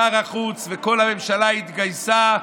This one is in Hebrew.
שר החוץ וכל הממשלה התגייסה,